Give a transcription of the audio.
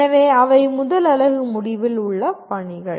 எனவே அவை முதல் அலகு முடிவில் உள்ள பணிகள்